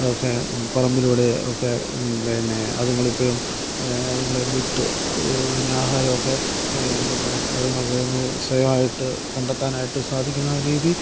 ഒക്കെ പറമ്പിലൂടെ ഒക്കെ പിന്നേ അതുങ്ങളെപ്പോഴും അതുങ്ങളെ വിട്ട് പിന്നെ ആഹാരമൊക്കെ പിന്നെ അതുങ്ങൾക്ക് അതിനു സ്വയമായിട്ടു കണ്ടെത്താനായിട്ട് സാധിക്കുന്ന ഒരു രീതി